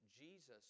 Jesus